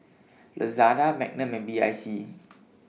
Lazada Magnum and B I C